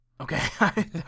okay